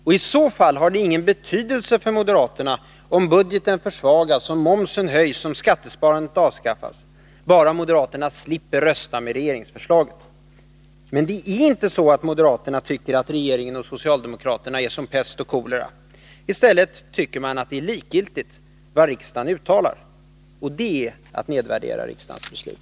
I så fall har det ingen betydelse för moderaterna om budgeten försvagas, om momsen höjs, om skattesparandet avskaffas, bara moderaterna slipper rösta med regeringsförslaget. Men det är inte så att moderaterna tycker att regeringen och socialdemokraterna är som pest och kolera. I stället tycker man att det är likgiltigt vad riksdagen uttalar, och det är att nedvärdera riksdagens beslut.